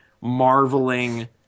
marveling